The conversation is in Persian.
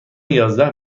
یازده